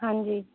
ਹਾਂਜੀ